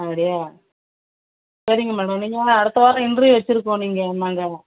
அப்படியா சரிங்க மேடம் நீங்கள் அடுத்த வாரம் இன்ட்ரிவ் வச்சுருக்கோம் நீங்கள் நாங்கள்